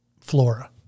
flora